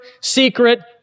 secret